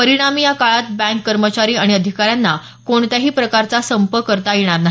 परिणामी या काळात बँक कर्मचारी आणि अधिकाऱ्यांना कोणत्याही प्रकारचा संप करता येणार नाही